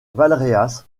valréas